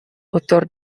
autor